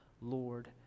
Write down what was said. Lord